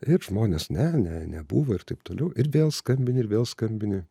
ir žmonės ne ne nebuvo ir taip toliau ir vėl skambini ir vėl skambini